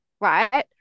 right